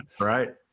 right